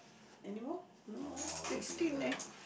anymore no more sixteen eh